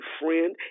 friend